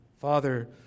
Father